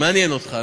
מעניין אותך.